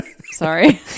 sorry